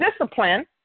discipline